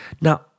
Now